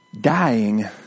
dying